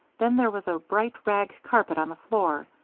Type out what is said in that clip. then there was a bright rag carpet on the floor,